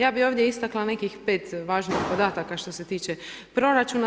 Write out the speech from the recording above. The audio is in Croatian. Ja bih ovdje istakla nekih 5 važnih podataka, što se tiče proračuna.